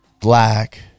black